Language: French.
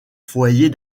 foyer